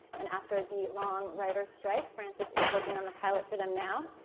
and after the long writer's strike, francis is working on the pilot for them now.